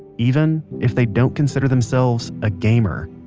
even if they don't consider themselves a gamer.